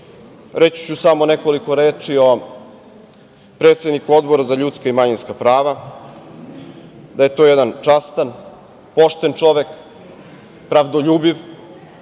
ću samo nekoliko reči o predsedniku Odbora za ljudska i manjinska prva. To je jedan častan, pošten čovek, pravdoljubiv,